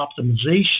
optimization